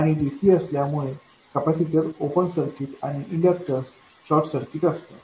आणि हे dc असल्यामुळे कॅपेसिटर ओपन सर्किट आणि इंडक्टर्स शॉर्ट सर्किट असतात